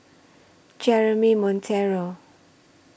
Jeremy Monteiro